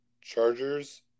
Chargers